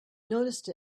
noticed